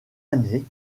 année